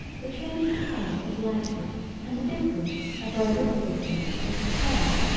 the change of color is likely and a difference a very little difference is prepared.